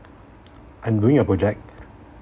I'm doing a project